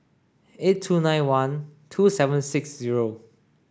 eight two nine one two seven six zero